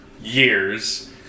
years